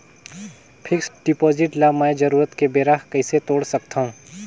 Fixed deposit ल मैं जरूरत के बेरा कइसे तोड़ सकथव?